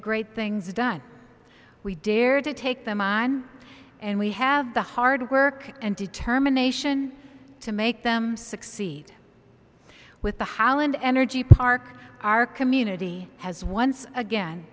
great things done we dared to take them on and we have the hard work and determination to make them succeed with the holland energy park our community has once again